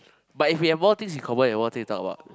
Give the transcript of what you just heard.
but if we have more things we confirm have more things to talk about